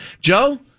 Joe